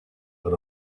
but